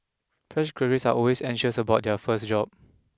fresh graduates are always anxious about their first job